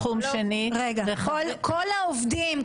תחום שני --- כל העובדים,